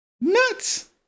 nuts